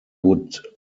would